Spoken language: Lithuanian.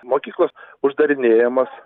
mokyklos uždarinėjamos